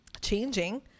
changing